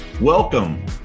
Welcome